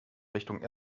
richtung